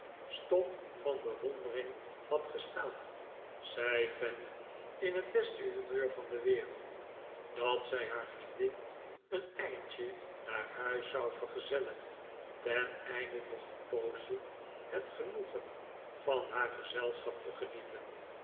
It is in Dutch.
stom van bewondering had gestaan zei fanny in het beste humeur van de wereld dat zij haar vriendin een eindje naar huis zou vergezellen teneinde nog een poosje het genoegen van haar gezelschap te genieten